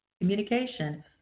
Communication